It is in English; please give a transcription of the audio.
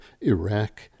Iraq